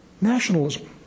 Nationalism